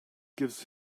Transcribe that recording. gives